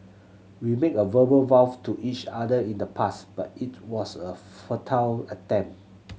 we made a verbal vows to each other in the past but it was a futile attempt